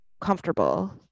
comfortable